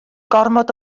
gormod